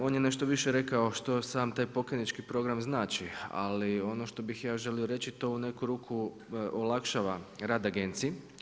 On je nešto više rekao što sam taj pokajnički program znači, ali ono što bih ja želio reći, to u neku ruku olakšava rad agencije.